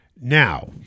Now